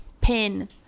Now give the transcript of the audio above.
pin